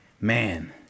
man